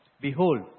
behold